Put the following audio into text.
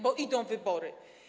Bo idą wybory.